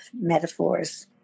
metaphors